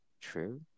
true